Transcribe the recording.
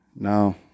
No